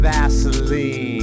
Vaseline